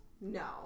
No